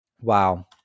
Wow